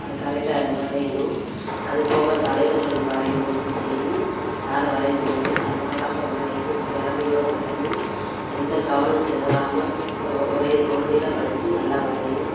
அது கரெக்டாக வரையணும் அது போக தலைவர்கள் வரையும்போதும் சரி யாரை வரைஞ்சப் போகிறியோ அதை அழகாக வரையணும் திறமையோட வரையணும் எந்தக்கவனம் சிதறாம ஒரே ஒரு நிலைப்படுத்தி நல்லா வரையணும்